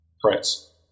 Prince